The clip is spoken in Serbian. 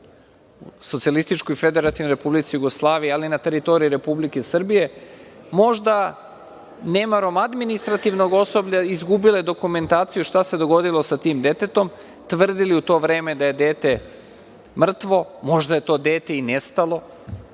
u potpuno drugoj državi SFRJ, ali i na teritoriji Republike Srbije, možda nemarom administrativnog osoblja izgubile dokumentaciju šta se dogodilo sa tim detetom, tvrdili u to vreme da je dete mrtvo. Možda je to dete i nestalo